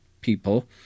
people